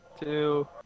two